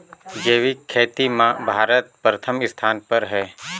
जैविक खेती म भारत प्रथम स्थान पर हे